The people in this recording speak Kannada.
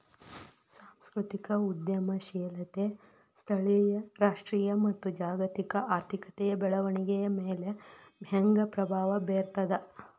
ಸಾಂಸ್ಕೃತಿಕ ಉದ್ಯಮಶೇಲತೆ ಸ್ಥಳೇಯ ರಾಷ್ಟ್ರೇಯ ಮತ್ತ ಜಾಗತಿಕ ಆರ್ಥಿಕತೆಯ ಬೆಳವಣಿಗೆಯ ಮ್ಯಾಲೆ ಹೆಂಗ ಪ್ರಭಾವ ಬೇರ್ತದ